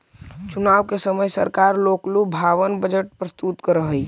चुनाव के समय सरकार लोकलुभावन बजट प्रस्तुत करऽ हई